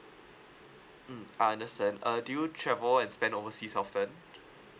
mm I understand uh do you travel and spend overseas often